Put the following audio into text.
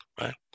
Right